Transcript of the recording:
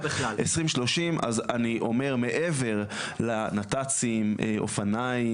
2030 אז אני אומר מעבר ל נת"צים אופניים